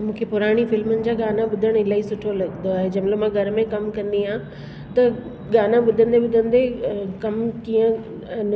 मूंखे पुराणी फिल्मुनि जा गाना ॿुधण इलाही सुठो लॻंदो आहे जंहिंमहिल मां घर में कमु कंदी आहियां त गाना ॿुधंदे ॿधंदे अ कम कीअं